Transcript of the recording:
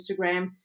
Instagram